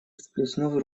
всплеснув